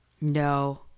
No